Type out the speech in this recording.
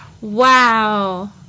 Wow